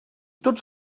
tots